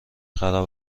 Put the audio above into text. خراب